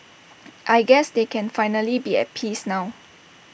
I guess they can finally be at peace now